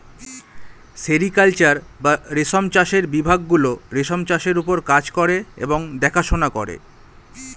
sericulture বা রেশম চাষের বিভাগ গুলো রেশম চাষের ওপর কাজ করে এবং দেখাশোনা করে